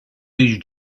these